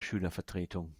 schülervertretung